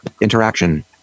Interaction